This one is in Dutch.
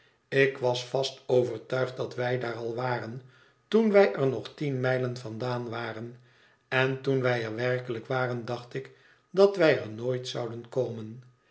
ik was vast overtuigd dat wij daar al waren toen wij er nog tien mijlen vandaan waren en toen wij er werkelijk waren dacht ik dat wij er nooit zouden komen